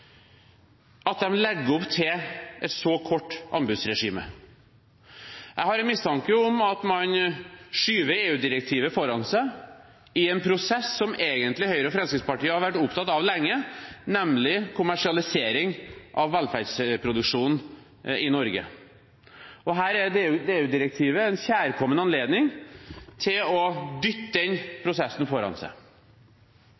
at de legger opp til et så kort anbudsregime. Jeg har en mistanke om at man skyver EU-direktivet foran seg i en prosess som Høyre og Fremskrittspartiet egentlig har vært opptatt av lenge, nemlig kommersialisering av velferdsproduksjonen i Norge. Her er EU-direktivet en kjærkommen anledning til å dytte den